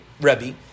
Rebbe